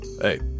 hey